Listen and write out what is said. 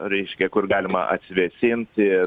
reiškia kur galima atvėsinti